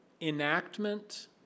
enactment